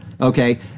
Okay